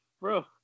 bro